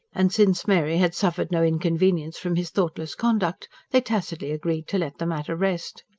and since mary had suffered no inconvenience from his thoughtless conduct, they tacitly agreed to let the matter rest.